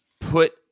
put